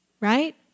right